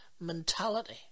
mentality